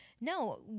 No